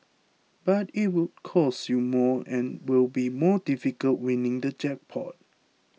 but it'll cost you more and it will be more difficult winning the jackpot